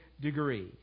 degree